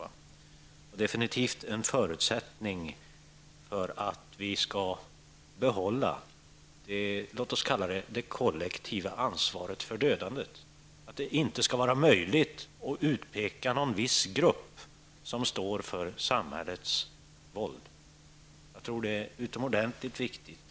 Det är definitivt en förutsättning för att vi skall behålla ''det kollektiva ansvaret för dödandet''. Det skall inte vara möjligt att utpeka någon viss grupp som står för samhällets våld. Jag tror att det är utomordentligt viktigt.